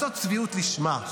זאת צביעות לשמה.